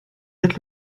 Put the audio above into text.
êtes